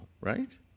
right